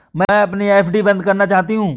मैं अपनी एफ.डी बंद करना चाहती हूँ